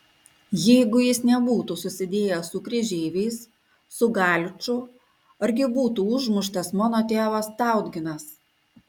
jeigu jis nebūtų susidėjęs su kryžeiviais su galiču argi būtų užmuštas mano tėvas tautginas